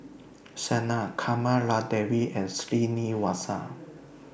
Sanal Kamaladevi and Srinivasa